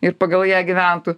ir pagal ją gyventų